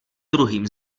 druhým